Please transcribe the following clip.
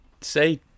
say –